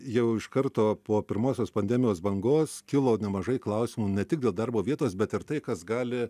jau iš karto po pirmosios pandemijos bangos kilo nemažai klausimų ne tik dėl darbo vietos bet ir tai kas gali